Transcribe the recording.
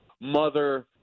mother